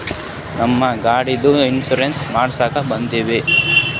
ನಮ್ಮ ಗಾಡಿದು ಇನ್ಸೂರೆನ್ಸ್ ಮಾಡಸ್ಲಾಕ ಬರ್ತದೇನ್ರಿ?